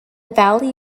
valley